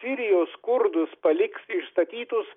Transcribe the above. sirijos kurdus paliks išstatytus